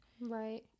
right